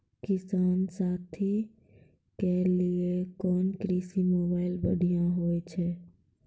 किसान साथी के लिए कोन कृषि मोबाइल बढ़िया होय छै?